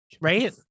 Right